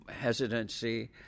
hesitancy